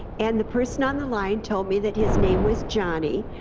and the person on the line told me that his name was johnny,